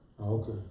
okay